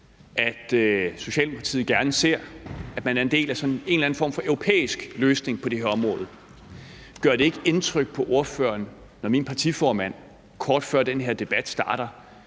at Socialdemokratiet gerne ser, at man er en del af sådan en eller anden form for europæisk løsning på det her område. Gør det ikke indtryk på ordføreren, når min partiformand kort før den her debat starter,